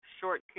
short